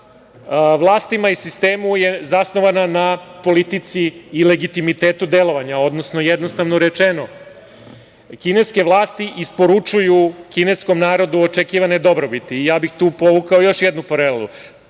vlastima i sistemu je zasnovana na politici i legitimitetu delovanja, odnosno, jednostavno rečeno, kineske vlasti isporučuju kineskom narodu očekivane dobrobiti. Tu bih povukao još jednu paralelu,